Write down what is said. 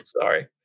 Sorry